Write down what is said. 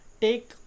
take